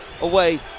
away